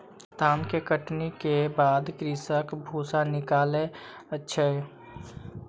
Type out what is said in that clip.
धान के कटनी के बाद कृषक भूसा निकालै अछि